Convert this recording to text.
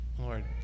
Lord